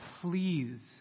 Please